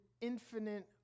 infinite